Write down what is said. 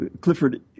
Clifford